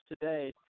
today